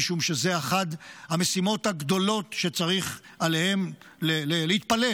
משום שזו אחת המשימות הגדולות שעליהן צריך להתפלל